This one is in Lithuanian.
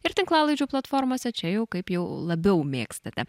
ir tinklalaidžių platformose čia jau kaip jau labiau mėgstate